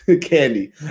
candy